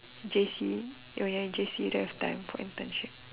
J_C when you were in J_C you don't have time for internship